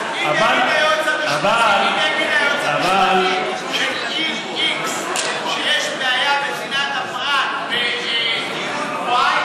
אם נגיד היועץ משפטי של עיר x יגיד שיש בעיה של צנעת הפרט בדיון y,